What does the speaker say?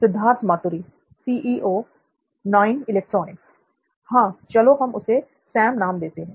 सिद्धार्थ मातुरी हां चलो हम उसे सैम नाम देते हैं